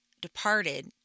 departed